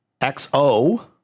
XO